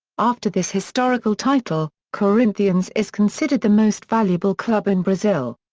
after this historical title, corinthians is considered the most valuable club in brazil.